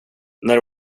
när